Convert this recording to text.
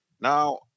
Now